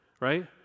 right